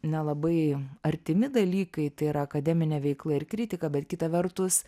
nelabai artimi dalykai tai yra akademinė veikla ir kritika bet kita vertus